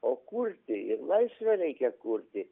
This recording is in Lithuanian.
o kurti laisvę reikia kurti